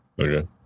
Okay